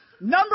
Number